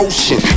Ocean